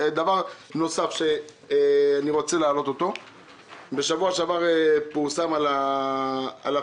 דבר נוסף: בשבוע שעבר פורסמה ידיעה בדבר